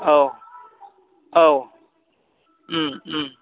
औ औ